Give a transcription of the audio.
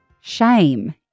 Shame